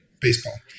baseball